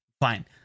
Fine